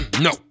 No